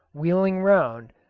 wheeling round,